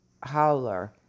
Howler